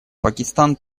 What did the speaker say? пакистан